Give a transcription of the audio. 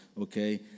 okay